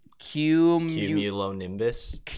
cumulonimbus